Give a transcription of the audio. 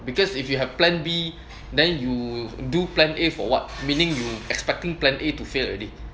because if you have plan B then you do plan A for what meaning you expecting plan A to fail already